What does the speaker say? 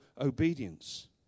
obedience